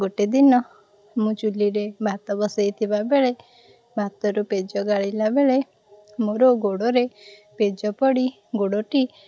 ଗୋଟେ ଦିନ ମୁଁ ଚୁଲିରେ ଭାତ ବସେଇଥିବା ବେଳେ ଭାତରୁ ପେଜ ଗାଳିଲା ବେଳେ ମୋର ଗୋଡ଼ରେ ପେଜ ପଡ଼ି ଗୋଡ଼ଟି